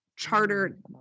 Chartered